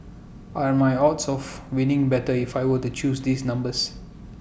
are my odds of winning better if I were to choose these numbers